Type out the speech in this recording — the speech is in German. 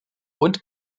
und